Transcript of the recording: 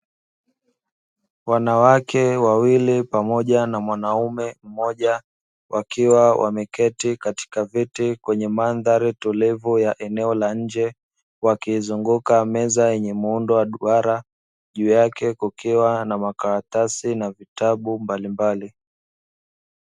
Wanawake wawili pamoja na mwanaume mmoja wakiwa wameketi katika viti, kwenye mandhari tulivu ya eneo la nje, wakiizunguka meza yenye muundo wa duara juu yake kukiwa na makaratasi na vitabu mbalimbali.